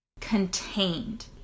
contained